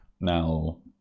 Now